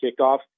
kickoff